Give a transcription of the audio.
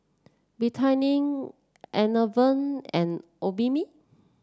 Betadine Enervon and Obimin